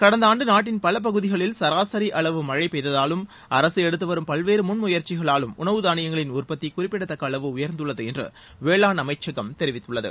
கடந்த ஆண்டு நாட்டின் பல பகுதிகளில் சராசரி அளவு மழை பெய்ததாலும் அரசு எடுத்து வரும் பல்வேறு முன்முயற்சிகளாலும் உணவுதானியங்களின் உற்பத்தி குறிப்பிடத்தக்க அளவு உயர்ந்துள்ளது என்று வேளாண் அமைச்சகம் தெரிவித்துள்ளது